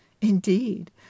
indeed